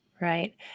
Right